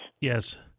Yes